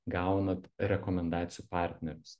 gaunat rekomendacijų partnerius